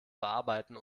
bearbeiten